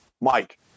Mike